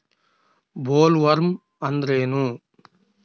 Bollworm ಅಂದ್ರೇನು?